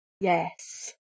Yes